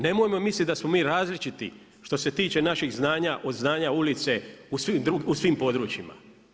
Nemojmo mi misliti da smo mi različiti što se tiče naših znanja od znanja ulice u svim područjima.